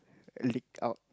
leaked out